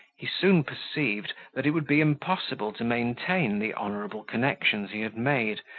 he soon perceived that it would be impossible to maintain the honourable connections he had made,